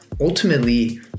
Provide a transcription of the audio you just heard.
ultimately